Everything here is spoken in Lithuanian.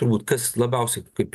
turbūt kas labiausiai kaip